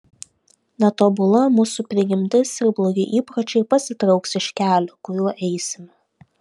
netobula mūsų prigimtis ir blogi įpročiai pasitrauks iš kelio kuriuo eisime